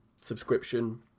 subscription